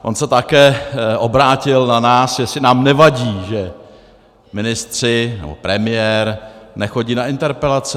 On se také obrátil na nás, jestli nám nevadí, že ministři nebo premiér nechodí na interpelace.